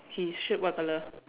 his shirt what colour